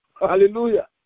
Hallelujah